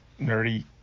nerdy